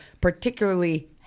particularly